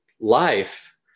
life